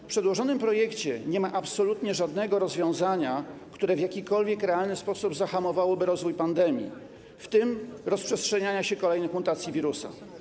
W przedłożonym projekcie nie ma absolutnie żadnego rozwiązania, które w jakikolwiek realny sposób zahamowałoby rozwój pandemii, w tym rozprzestrzenianie się kolejnych mutacji wirusa.